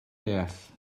deall